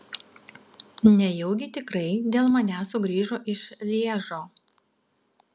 nejaugi tikrai dėl manęs sugrįžo iš lježo